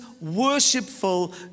worshipful